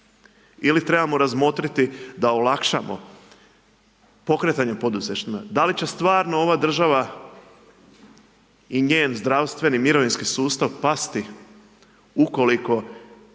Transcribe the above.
ili trebamo razmotriti da olakšamo pokretanje poduzetnika. Da li će stvarno ova država i njen zdravstveni mirovinski sustav pasti, ukoliko